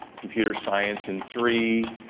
computer science and three,